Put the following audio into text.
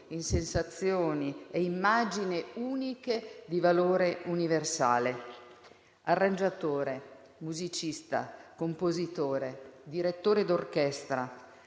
sensazioni e immagini uniche di valore universale. Arrangiatore, musicista, compositore, direttore d'orchestra,